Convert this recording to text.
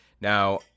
Now